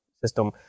system